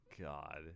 God